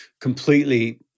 completely